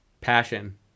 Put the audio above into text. Passion